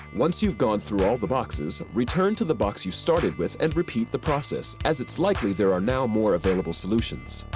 once you've gone through all the boxes, return to the box you started with and repeat the process, as it's likely there are now more available solutions.